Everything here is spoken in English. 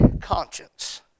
conscience